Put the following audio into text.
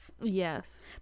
Yes